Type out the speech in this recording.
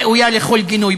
ראוי לכל גינוי.